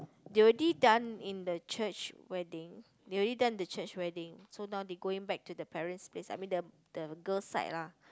they already done in the church wedding they already done in the church wedding so now they going back to the parent's place I mean the the girl's side lah